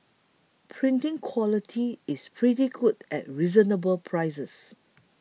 printing quality is pretty good at reasonable prices